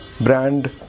brand